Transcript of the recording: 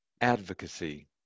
advocacy